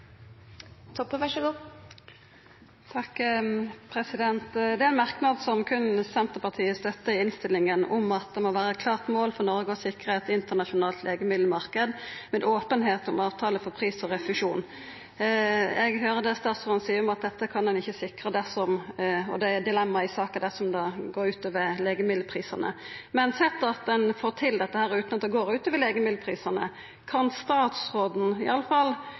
Det er ein merknad i innstillinga som berre Senterpartiet står bak, om at «det må være et klart mål for Norge å sikre et internasjonalt legemiddelmarked med åpenhet om avtaler for pris og refusjon». Eg høyrer det statsråden seier om at dette kan han ikkje sikra dersom – og det er eit dilemma i saka – det går ut over legemiddelprisane. Men sett at ein får til dette utan at det går ut over legemiddelprisane: Kan statsråden